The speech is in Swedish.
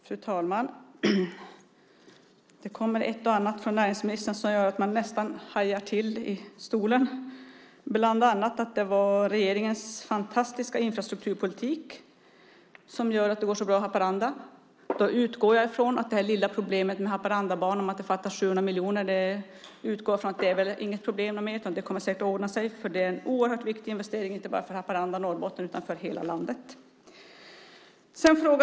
Fru talman! Det kommer ett och annat från näringsministern som gör att man nästan hajar till i stolen, bland annat att det är regeringens fantastiska infrastrukturpolitik som gör att det går så bra i Haparanda. Då utgår jag ifrån att det lilla problemet med Haparandabanan, att det fattas 700 miljoner, inte är något problem mer. Det kommer säkert att ordna sig, för det är en oerhört viktig investering, inte bara för Haparanda och Norrbotten utan för hela landet.